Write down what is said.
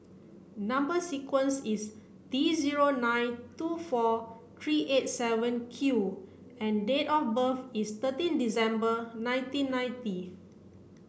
number sequence is T zero nine two four three eight seven Q and date of birth is thirteen December nineteen ninety